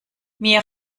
mir